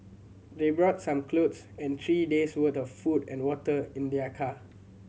they brought some clothes and three days' worth of food and water in their car